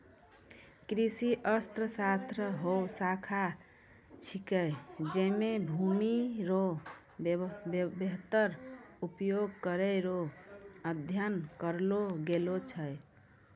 कृषि अर्थशास्त्र हौ शाखा छिकै जैमे भूमि रो वेहतर उपयोग करै रो अध्ययन करलो गेलो छै